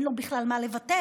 אין לו בכלל מה לבטל,